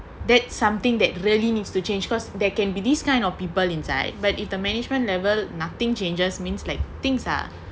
that's something that really needs to change because they can be these kind of people inside but if the management level nothing changes means like things are